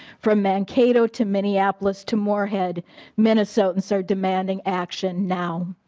from mankato to minneapolis to morehead minnesotans are demanding action now.